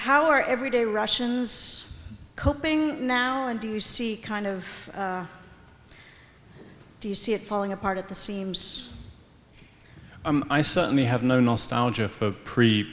how our everyday russians coping now do you see kind of do you see it falling apart at the seams i certainly have no nostalgia for pere